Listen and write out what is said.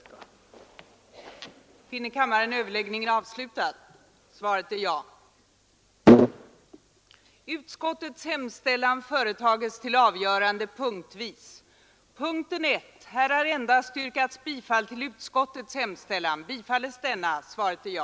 tiska centralbyrån